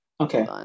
Okay